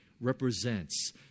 represents